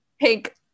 Pink